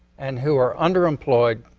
and who are underemployed,